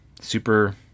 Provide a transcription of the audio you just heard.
super